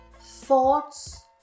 thoughts